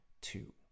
two